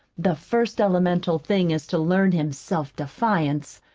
the first elemental thing is to learn him self-defiance,